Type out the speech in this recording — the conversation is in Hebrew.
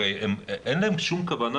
הרי אין להם שום כוונה,